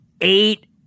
eight